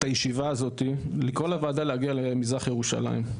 הישיבה הזאת לקרוא לוועדה להגיע למזרח ירושלים.